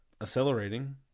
accelerating